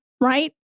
right